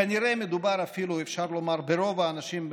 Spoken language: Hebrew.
כנראה מדובר אפילו ברוב האנשים,